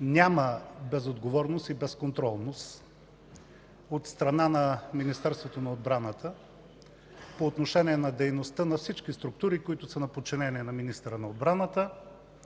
няма безотговорност и безконтролност от страна на Министерството на отбраната по отношение на дейността на всички структури, които са на подчинение на министъра на отбраната